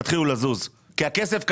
תתחילו לזוז כי הכסף קיים,